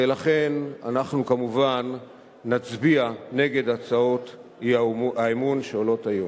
ולכן אנחנו כמובן נצביע נגד הצעות אי-האמון שעולות היום.